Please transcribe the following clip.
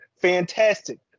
fantastic